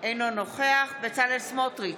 אינו נוכח בצלאל סמוטריץ'